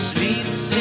Sleeps